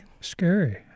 Scary